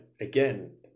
again